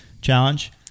challenge